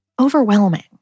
overwhelming